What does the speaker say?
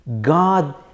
God